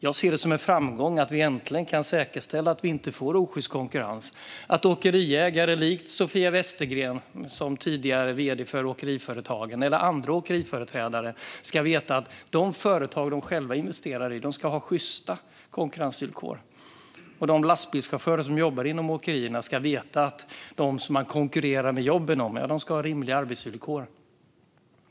Jag ser det som en framgång att vi äntligen kan säkerställa att vi inte får osjyst konkurrens och att åkeriägare likt Sofia Westergren, tidigare vd för Åkeriföretagen, och andra åkeriföreträdare ska veta att de företag de själva investerar i har sjysta konkurrensvillkor. De lastbilschaufförer som jobbar inom åkerierna ska veta att de som man konkurrerar med jobben om har rimliga arbetsvillkor.